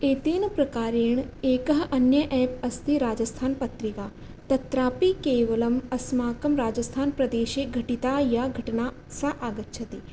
एतेन प्रकारेण एकः अन्य एप् अस्ति राजस्थान् पत्रिका तत्रापि केवलम् अस्माकं राजस्थान् प्रदेशे घटिता या घटना सा आगच्छति